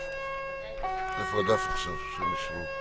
אי-אפשר לאשר תקנות